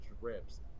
drips